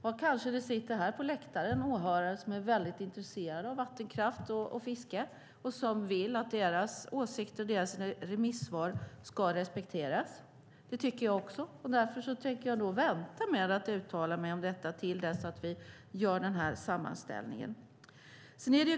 Här på läktaren sitter det kanske åhörare som är intresserade av vattenkraft och fiske och som vill att deras åsikter och remissvar ska respekteras. Det tycker jag också, och därför tänker jag vänta med att uttala mig till dess att vi gör sammanställningen.